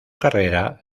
carrera